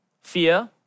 fear